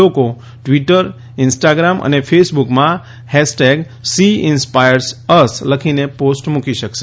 લોકો Twitter Instagram અને ફેસબુકમાં હેશટેગથી ઇન્સ્પાયર્સ અસ લખીને પોસ્ટ મૂકી શકશે